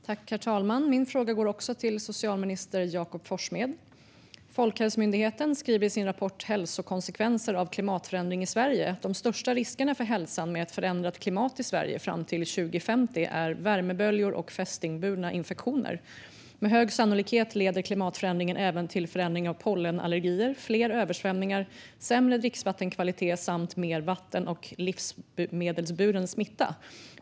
Herr talman! Min fråga går också till socialminister Jakob Forssmed. Folkhälsomyndigheten skriver i sin rapport Hälsokonsekvenser av kli matförändring i Sverige att de största riskerna för hälsan med ett förändrat klimat i Sverige fram till 2050 är värmeböljor och fästingburna infektioner: "Med hög sannolikhet leder klimatförändringen även till förändring av pollenallergier, fler översvämningar, sämre dricksvattenkvalitet samt mer vatten och livsmedelsburen smitta.